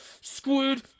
Squid